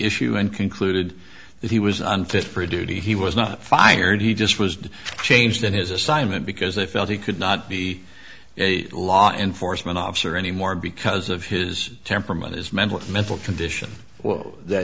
issue and concluded that he was unfit for duty he was not fired he just was changed in his assignment because they felt he could not be a law enforcement officer anymore because of his temperament his mental mental condition